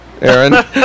aaron